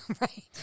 right